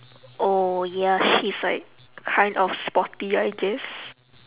oh ya she's like kind of sporty I guess